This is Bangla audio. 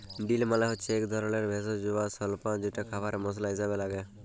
ডিল মালে হচ্যে এক ধরলের ভেষজ বা স্বল্পা যেটা খাবারে মসলা হিসেবে লাগে